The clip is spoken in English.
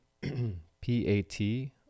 P-A-T